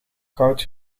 koud